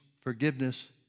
forgiveness